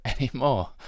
anymore